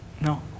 No